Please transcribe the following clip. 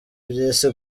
byisi